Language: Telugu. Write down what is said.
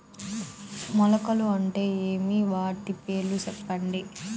మొలకలు అంటే ఏమి? వాటి పేర్లు సెప్పండి?